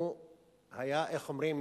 הוא היה, איך אומרים?